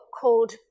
called